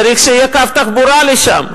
צריך שיהיה קו תחבורה לשם.